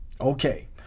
Okay